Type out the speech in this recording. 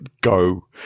Go